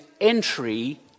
entry